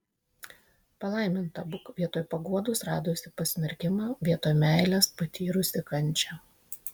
palaiminta būk vietoj paguodos radusi pasmerkimą vietoj meilės patyrusi kančią